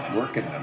working